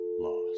lost